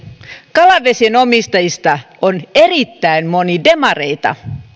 kalavesien omistajista on erittäin moni demareita